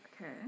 okay